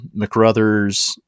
McRuthers